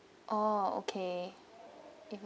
orh okay if I